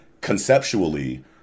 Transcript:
conceptually